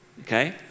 okay